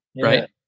Right